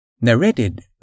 Narrated